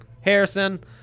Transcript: Harrison